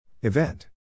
Event